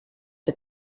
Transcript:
the